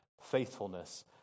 faithfulness